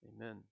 Amen